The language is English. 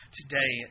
today